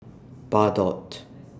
Bardot